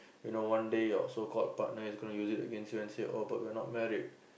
you know one day your so called partner is going to use it against you and say oh but we're not married